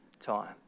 time